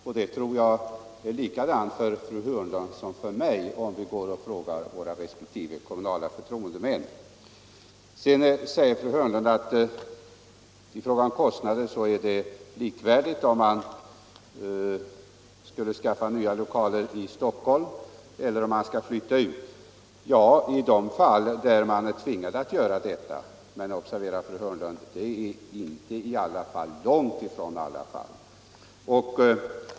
Jag tror resultatet blir likadant för fru Hörnlund som för mig om vi frågar våra respektive kommunala förtroendemän. Sedan säger fru Hörnlund att det i fråga om kostnader är likvärdigt om man skulle skaffa nya lokaler i Stockholm eller flytta ut. Ja, i de fall där man är tvingad att bygga nya lokaler, men observera, fru Hörnlund, att det är långtifrån i samtliga fall.